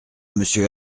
monsieur